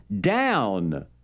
down